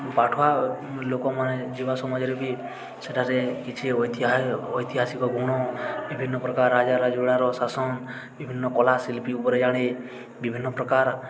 ପାଠୁଆ ଲୋକମାନେ ଯିବା ସମାଜରେ ବି ସେଠାରେ କିଛି ଐତିହାସିକ ଗୁଣ ବିଭିନ୍ନ ପ୍ରକାର ରାଜାରଜୁଡ଼ାର ଶାସନ ବିଭିନ୍ନ କଲାଶିଳ୍ପୀ ଉପରେ ଜାଣେ ବିଭିନ୍ନ ପ୍ରକାର